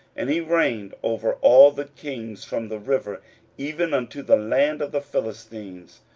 and he reigned over all the kings from the river even unto the land of the philistines,